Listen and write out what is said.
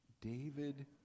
David